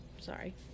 Sorry